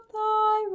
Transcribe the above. thy